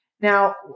Now